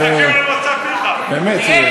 ובאמת,